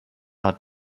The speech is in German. hat